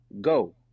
go